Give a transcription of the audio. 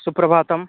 सुप्रभातं